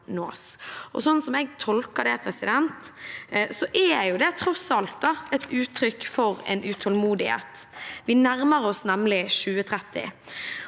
Sånn jeg tolker det, er det tross alt uttrykk for en utålmodighet. Vi nærmer oss nemlig 2030.